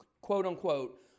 quote-unquote